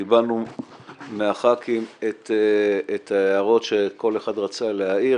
קיבלנו מחברי הכנסת את ההערות שכל אחד רצה להעיר,